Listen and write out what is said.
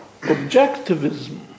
objectivism